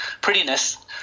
prettiness